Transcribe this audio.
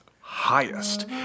highest